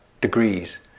degrees